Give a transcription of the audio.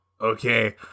okay